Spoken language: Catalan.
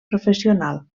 professional